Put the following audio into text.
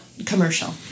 commercial